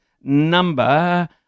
number